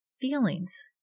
feelings